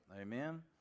Amen